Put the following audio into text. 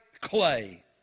clay